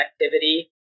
activity